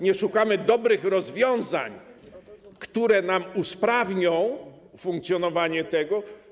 Nie szukamy dobrych rozwiązań, które nam usprawnią funkcjonowanie tego.